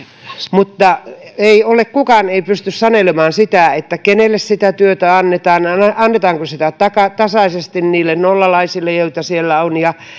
mutta kukaan ei pysty sanelemaan sitä kenelle sitä työtä annetaan annetaanko sitä tasaisesti niille nollalaisille joita siellä on